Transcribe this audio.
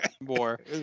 more